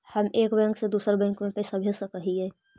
हम एक बैंक से दुसर बैंक में पैसा भेज सक हिय?